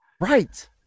Right